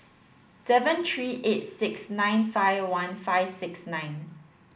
seven three eight six nine five one five six nine